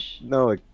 No